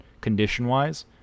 condition-wise